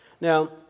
Now